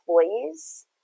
employees